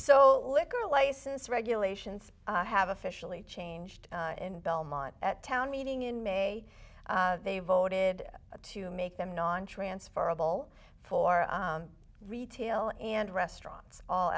so liquor license regulations have officially changed in belmont at town meeting in may they voted to make them nontransferable for retail and restaurants all